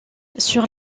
sur